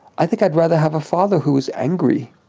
i think i'd rather have a father who is angry.